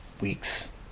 weeks